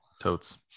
Totes